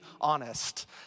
honest